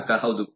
ಗ್ರಾಹಕ ಹೌದು